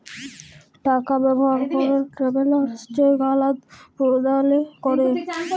টাকা ব্যবহার ক্যরে ট্রাভেলার্স চেক আদাল প্রদালে ক্যরে